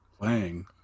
Playing